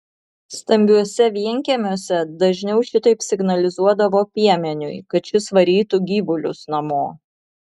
stambiuose vienkiemiuose dažniau šitaip signalizuodavo piemeniui kad šis varytų gyvulius namo